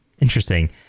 interesting